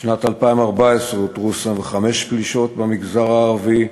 בשנת 2014 אותרו 25 פלישות במגזר הערבי.